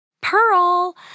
Pearl